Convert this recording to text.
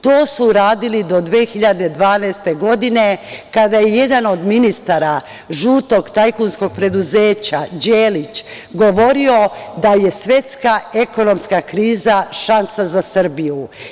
To su radili do 2012. godine, kada je jedan od ministara žutog tajkunskog preduzeća, Đelić, govorio da je svetska ekonomska kriza šansa za Srbiju.